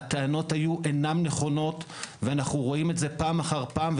הטענות לא היו נכונות ואנו רואים זאת פעם אחר פעם.